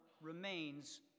remains